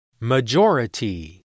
majority